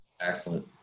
Excellent